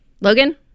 Logan